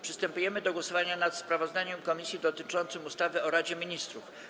Przystępujemy do głosowania nad sprawozdaniem komisji dotyczącym ustawy o Radzie Ministrów.